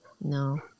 No